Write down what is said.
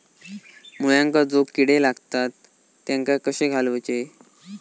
मुळ्यांका जो किडे लागतात तेनका कशे घालवचे?